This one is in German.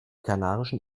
kanarischen